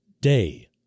day